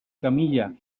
camilla